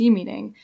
meeting